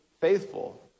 faithful